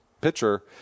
pitcher